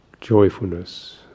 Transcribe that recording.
joyfulness